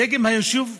דגם היישוב העירוני,